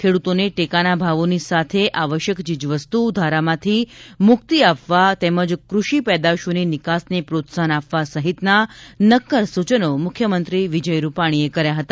ખેડૂતોને ટેકાના ભાવોની સાથે આવશ્યક ચીજવસ્તુ ધારામાંથી મુક્તિ આપવા તેમજ કૃષિ પેદાશોની નિકાસને પ્રોત્સાહન આપવા સહિતના નક્કર સૂચનો મુખ્યમંત્રી શ્રી વિજય રૂપાણીએ કર્યા હતા